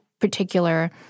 particular